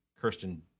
Kirsten